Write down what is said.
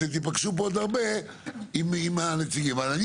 אתם תפגשו פה עוד הרבה עם הנציגים.